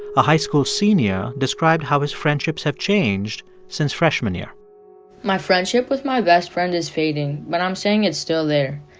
a high school senior described how his friendships have changed since freshman year my friendship with my best friend is fading, but i'm saying it's still there.